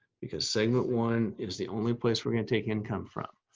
because segment one is the only place we're going to take income from,